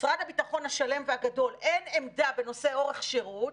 למשרד הביטחון השלם והגדול אין עמדה בנושא אורך שירות,